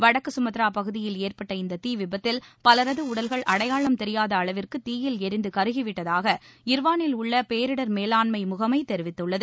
வடக்கு கமித்ரா பகுதியில் ஏற்பட்ட இந்த தீவிபத்தில் பலரது உடல்கள் அடையாளம் தெரியாத அளவிற்கு தீயில் எரிந்து கருகிவிட்டதாக இர்வானில் உள்ள பேரிடர் மேலாண்மை முகமை தெரிவித்துள்ளது